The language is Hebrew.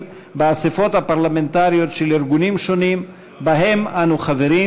באספות הפרלמנטריות של ארגונים שונים שבהם אנו חברים,